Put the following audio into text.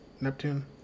Neptune